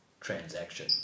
transaction